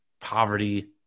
poverty